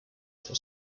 for